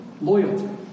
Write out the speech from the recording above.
Loyalty